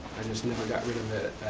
and just never got rid of it